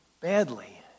badly